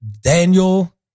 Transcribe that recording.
Daniel